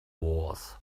wars